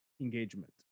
engagement